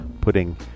putting